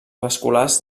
vasculars